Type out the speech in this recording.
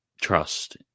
trust